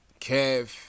Kev